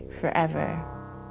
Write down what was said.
Forever